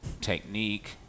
technique